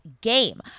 game